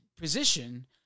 position